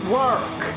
work